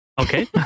okay